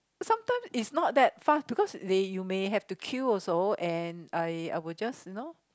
sometimes it's not that fast because that you may have to queue also and I I would just you know